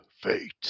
Fate